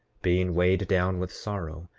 being weighed down with sorrow,